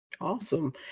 Awesome